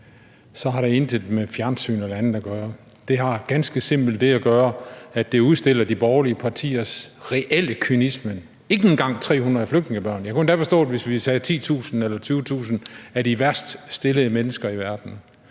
så har det intet med fjernsyn eller andet at gøre. Det har ganske simpelt med det at gøre, at det udstiller de borgerlige partiers reelle kynisme – ikke engang 300 flygtningebørn. Jeg kunne endda forstå det, hvis vi sagde 10.000 eller 20.000 af de værst stillede mennesker i verden,